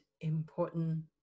important